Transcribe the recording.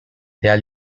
their